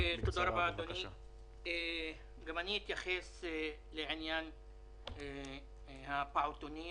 אני אתייחס לעניין הפעוטונים